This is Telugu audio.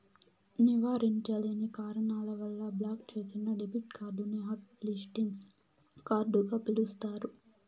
నివారించలేని కారణాల వల్ల బ్లాక్ చేసిన డెబిట్ కార్డుని హాట్ లిస్టింగ్ కార్డుగ పిలుస్తారు